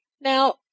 Now